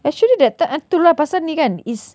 actually that time tu lah pasal ni kan is